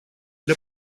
для